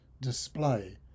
display